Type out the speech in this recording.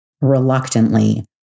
reluctantly